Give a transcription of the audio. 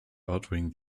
altering